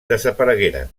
desaparegueren